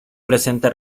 presenta